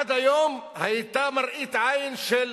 עד היום היתה מראית עין של,